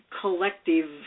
collective